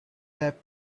wept